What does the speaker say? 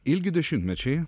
ilgi dešimtmečiai